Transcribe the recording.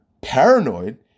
paranoid